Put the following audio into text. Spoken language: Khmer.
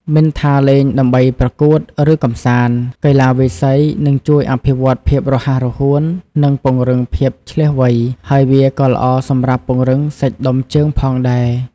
មិនថាលេងដើម្បីប្រកួត ឬកម្សាន្ត កីឡាវាយសី នឹងជួយអភិវឌ្ឍភាពរហ័សរហួន និងពង្រឹងភាពឈ្លាសវៃ ហើយវាក៏ល្អសម្រាប់ពង្រឹងសាច់ដុំជើងផងដែរ។